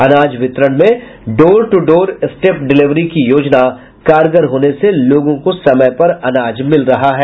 अनाज वितरण में door to door step delivery की योजना कारगर होने से लोगों को समय पर अनाज मिल रहा है